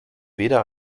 weder